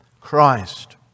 Christ